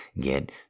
get